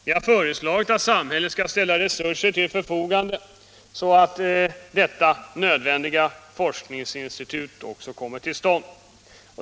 Vi har föreslagit att samhället skall ställa resurser till förfogande, så att detta nödvändiga forskningsinstitut kommer till stånd.